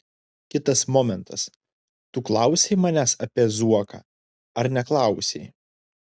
kitas momentas tu klausei manęs apie zuoką ar neklausei